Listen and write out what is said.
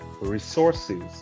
resources